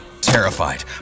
Terrified